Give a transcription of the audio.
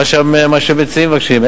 מה שהמציעים מבקשים.